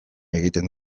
egiten